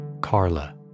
Carla